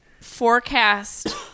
forecast